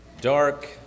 dark